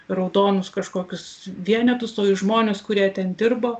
raudonus kažkokius vienetus o į žmones kurie ten dirbo